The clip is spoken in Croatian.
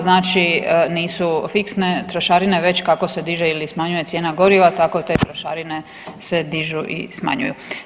Znači nisu fiksne trošarine, već kako se diže ili smanjuje cijena goriva, tako te trošarine se dižu i smanjuju.